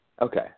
Okay